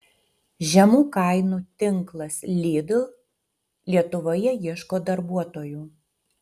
žemų kainų tinklas lidl lietuvoje ieško darbuotojų